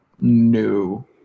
new